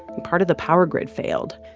and part of the power grid failed.